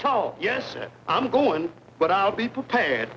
told yes i'm going but i'll be prepared